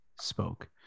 spoke